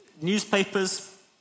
newspapers